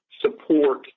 support